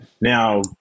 Now